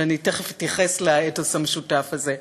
ואני תכף אתייחס לאתוס המשותף הזה.